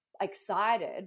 excited